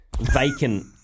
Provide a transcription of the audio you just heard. vacant